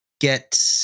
Get